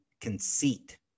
conceit